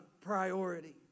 priority